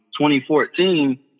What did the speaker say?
2014